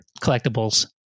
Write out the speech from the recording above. collectibles